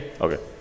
Okay